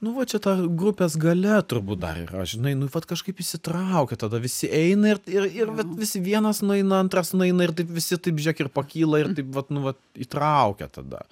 nu va čia ta grupės galia turbūt dar yra žinai nu vat kažkaip įsitraukia tada visi eina ir ir vat visi vienas nueina antras nueina ir taip visi taip žiūrėk ir pakyla ir taip vat nu vat įtraukia tada